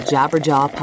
Jabberjaw